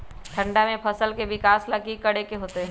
ठंडा में फसल के विकास ला की करे के होतै?